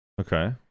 Okay